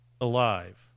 alive